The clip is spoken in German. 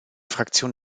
fraktion